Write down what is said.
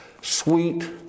sweet